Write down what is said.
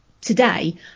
today